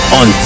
on